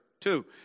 two